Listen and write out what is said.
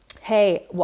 hey